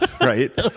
right